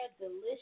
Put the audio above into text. delicious